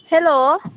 hello